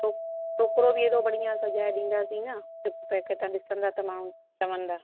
टोकरो बि अहिड़ो बढ़िया सजाए ॾींदासीं न ॿिए कंहिं था ॾिसंदा त माण्हू चवंदा